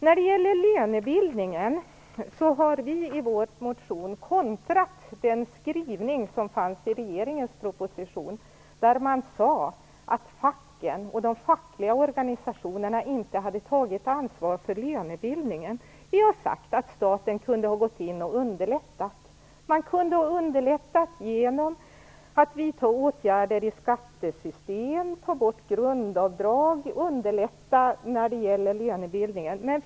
Vad gäller lönebildningen har vi i vår motion kontrat mot skrivningen i regeringens proposition om att facken och de fackliga organisationerna inte hade tagit ansvar för lönebildningen. Vi har sagt att staten kunde ha vidtagit åtgärder för att underlätta denna. Man kunde ha underlättat lönebildningen genom att vidta åtgärder i skattesystem och genom att ta bort grundavdrag.